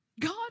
God